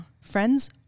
friends